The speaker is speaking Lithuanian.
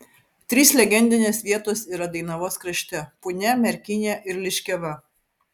trys legendinės vietos yra dainavos krašte punia merkinė ir liškiava